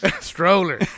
stroller